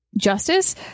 justice